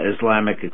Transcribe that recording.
Islamic